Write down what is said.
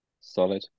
Solid